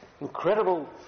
incredible